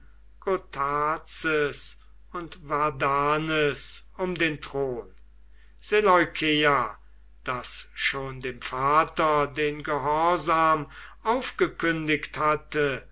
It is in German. und vardanes um den thron seleukeia das schon dem vater den gehorsam aufgekündigt hatte